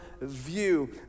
view